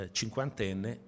cinquantenne